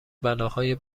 بلاهای